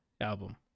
album